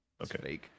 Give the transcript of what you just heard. Okay